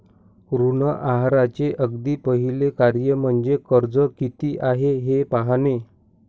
ऋण आहाराचे अगदी पहिले कार्य म्हणजे कर्ज किती आहे हे पाहणे